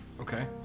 Okay